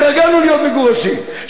התרגלנו להיות מגורשים,